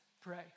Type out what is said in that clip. pray